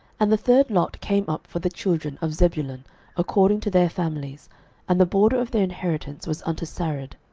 and the third lot came up for the children of zebulun according to their families and the border of their inheritance was unto sarid